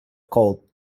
called